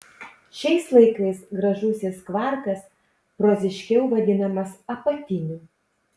šiais laikais gražusis kvarkas proziškiau vadinamas apatiniu